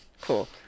cool